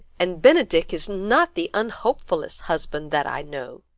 and benedick is not the unhopefullest husband that i know.